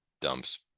dumps